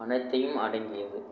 அனைத்தையும் அடங்கியது